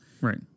right